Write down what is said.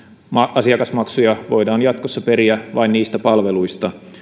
asiakasmaksuja voidaan jatkossa periä vain niistä palveluista